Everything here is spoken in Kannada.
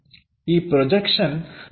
ಈ ಪ್ರೊಜೆಕ್ಷನ್ ನಮ್ಮ ಅರಿವಿಗೆ ಬರುತ್ತದೆ